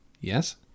Yes